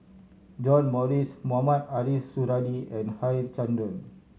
John Morrice Mohamed Ariff Suradi and Harichandra